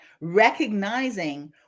recognizing